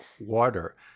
Water